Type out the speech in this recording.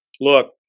look